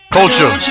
Culture